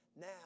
Now